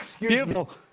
Beautiful